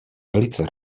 velice